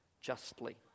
Justly